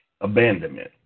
abandonment